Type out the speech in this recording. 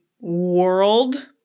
world